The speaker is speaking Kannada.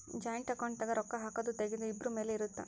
ಜಾಯಿಂಟ್ ಅಕೌಂಟ್ ದಾಗ ರೊಕ್ಕ ಹಾಕೊದು ತೆಗಿಯೊದು ಇಬ್ರು ಮೇಲೆ ಇರುತ್ತ